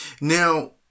Now